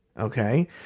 Okay